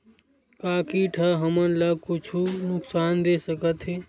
का कीट ह हमन ला कुछु नुकसान दे सकत हे?